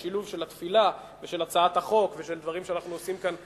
ושילוב של התפילה ושל הצעת החוק ושל דברים שאנחנו עושים כאן,